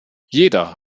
jeder